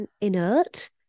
inert